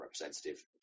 representative